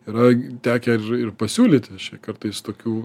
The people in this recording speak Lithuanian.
yra tekę ir ir pasiūlyti čia kartais tokių